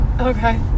Okay